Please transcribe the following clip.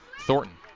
Thornton